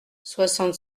soixante